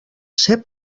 ser